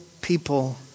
people